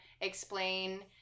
explain